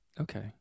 Okay